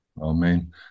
Amen